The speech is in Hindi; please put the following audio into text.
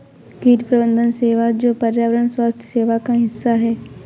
कीट प्रबंधन सेवा जो पर्यावरण स्वास्थ्य सेवा का हिस्सा है